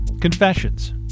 confessions